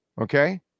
okay